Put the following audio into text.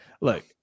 Look